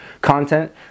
content